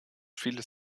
vieles